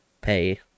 pay